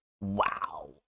Wow